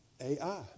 AI